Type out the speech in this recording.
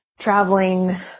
traveling